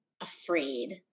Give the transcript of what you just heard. afraid